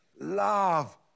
Love